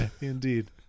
Indeed